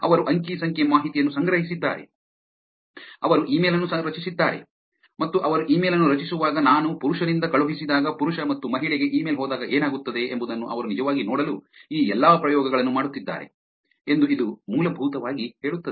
ಅವರು ಅಂಕಿ ಸಂಖ್ಯೆ ಮಾಹಿತಿಯನ್ನು ಸಂಗ್ರಹಿಸಿದ್ದಾರೆ ಅವರು ಇಮೇಲ್ ಅನ್ನು ರಚಿಸಿದ್ದಾರೆ ಮತ್ತು ಅವರು ಇಮೇಲ್ ಅನ್ನು ರಚಿಸುವಾಗ ನಾನು ಪುರುಷನಿಂದ ಕಳುಹಿಸಿದಾಗ ಪುರುಷ ಮತ್ತು ಮಹಿಳೆಗೆ ಇಮೇಲ್ ಹೋದಾಗ ಏನಾಗುತ್ತದೆ ಎಂಬುದನ್ನು ಅವರು ನಿಜವಾಗಿ ನೋಡಲು ಈ ಎಲ್ಲಾ ಪ್ರಯೋಗಗಳನ್ನು ಮಾಡುತ್ತಿದ್ದಾರೆ ಎಂದು ಇದು ಮೂಲಭೂತವಾಗಿ ಹೇಳುತ್ತದೆ